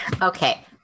Okay